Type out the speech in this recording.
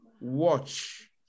watch